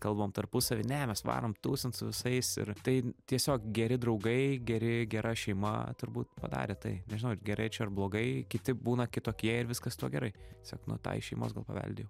kalbam tarpusavy ne mes varom tūsint su visais ir tai tiesiog geri draugai geri gera šeima turbūt padarė tai nežinau ar gerai čia ar blogai kiti būna kitokie ir viskas su tuo gerai tiesiog nu tą iš šeimos gal paveldėjau